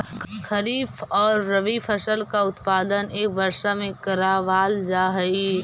खरीफ और रबी फसल का उत्पादन एक वर्ष में करावाल जा हई